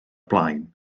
blaen